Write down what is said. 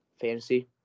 fantasy